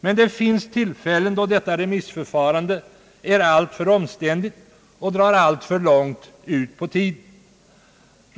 Men det finns tillfällen då detta remissförfarande är alltför omständligt och drar alltför långt ut på tiden.